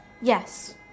Yes